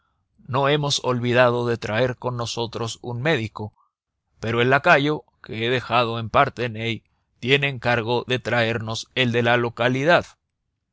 nos hemos olvidado de traer con nosotros un médico pero el lacayo que he dejado en parthenay tiene encargo de traernos el de la localidad